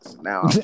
Now